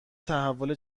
تحول